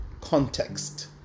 context